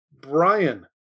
Brian